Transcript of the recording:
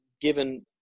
given